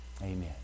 Amen